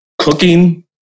cooking